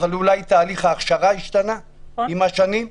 אבל אולי תהליך ההכשרה השתנה עם השנים?